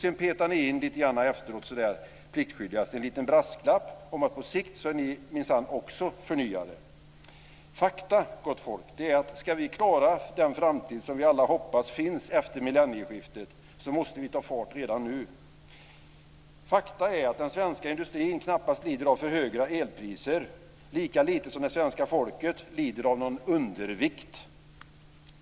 Efteråt petar ni pliktskyldigast in en liten brasklapp om att ni på sikt minsann också är förnyare. Fakta är, gott folk, att ska vi klara den framtid som vi alla hoppas på efter millennieskiftet måste vi ta fart redan nu. Fakta är att den svenska industrin knappast lider av för höga elpriser, lika lite som svenska folket lider av undervikt.